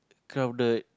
the